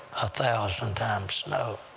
a thousand times no,